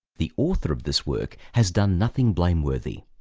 the author of this work has done nothing blameworthy.